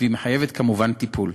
והיא מחייבת כמובן טיפול".